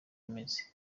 imeze